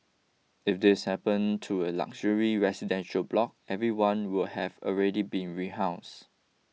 if this happen to a luxury residential block everyone would have already been rehouse